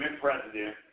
president